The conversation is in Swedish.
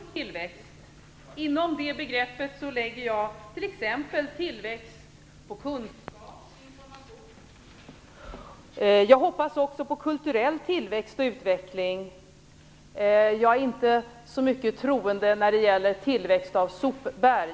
Fru talman! Jag vill förtydliga mig när det gäller begreppet tillväxt. Jag tror på tillväxt. I det begreppet inkluderar jag t.ex. tillväxt inom kunskaper och information. Jag hoppas också på kulturell tillväxt och utveckling. Jag är inte så starkt troende när det gäller tillväxt av sopberg.